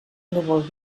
núvol